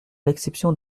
l’exception